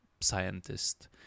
scientist